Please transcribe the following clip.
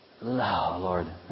Lord